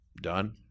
done